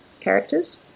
characters